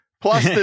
plus